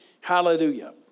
Hallelujah